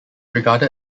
regarded